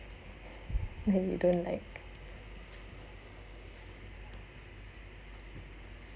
that you don't like